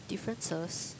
differences